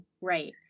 Right